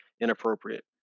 inappropriate